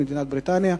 בבריטניה,